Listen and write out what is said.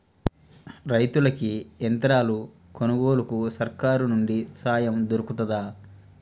రైతులకి యంత్రాలు కొనుగోలుకు సర్కారు నుండి సాయం దొరుకుతదా?